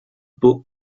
book